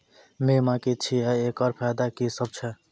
बीमा की छियै? एकरऽ फायदा की सब छै?